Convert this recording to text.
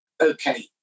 Okay